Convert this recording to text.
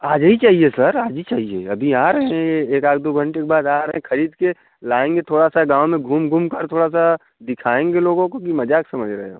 आज ही चाहिए सर आज ही चहिए अभी आ रहे हैं एकाध दो घंटे के बाद आ रहे हैं खरीद कर लाएंगे थोड़ा सा गाँव में घूम घूम कर थोड़ा सा दिखाएंगे लोगों को कि मज़ाक समझ रहे हो